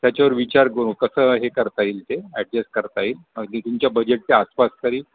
त्याच्यावर विचार करू कसं हे करता येईल ते ॲडजस करता येईल अगदी तुमच्या बजेटच्या आसपास तरी